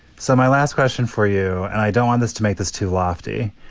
so my last question for you and i don't want this to make this too lofty,